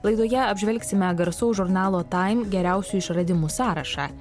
laidoje apžvelgsime garsaus žurnalo taim geriausių išradimų sąrašą